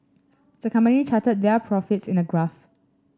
the company charted their profits in a graph